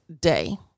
Day